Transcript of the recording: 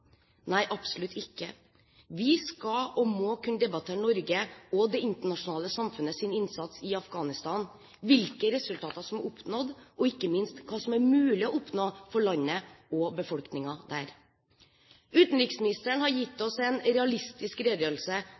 Nei, absolutt ikke. Vi skal, og må, kunne debattere Norges og det internasjonale samfunnets innsats i Afghanistan, hvilke resultater som er oppnådd, og ikke minst hva som er mulig å oppnå for landet og befolkningen der. Utenriksministeren har gitt oss en realistisk redegjørelse